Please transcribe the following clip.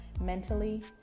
mentally